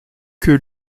que